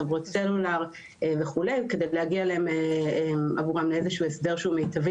חברות סלולר וכו' כדי להגיע עבורם לאיזשהו הסדר שהוא מיטבי